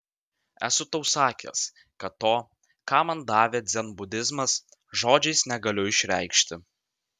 esu tau sakęs kad to ką man davė dzenbudizmas žodžiais negaliu išreikšti